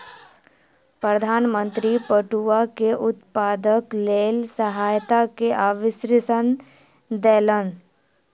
प्रधान मंत्री पटुआ के उत्पादनक लेल सहायता के आश्वासन देलैन